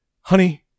Honey